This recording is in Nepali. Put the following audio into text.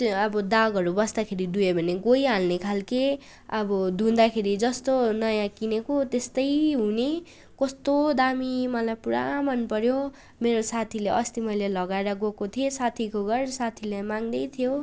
त्यो अब दागहरू बस्ताखेरि धुयो भने गइहाल्ने खाले अब धुँदाखेरि जस्तो नयाँ किनेको त्यस्तै हुने कस्तो दामी मलाई पुरा मनपऱ्यो मेरो साथीले अस्ति मैले लगाएर गएको थिएँ साथीको घर साथीले माग्दै थियो